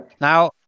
now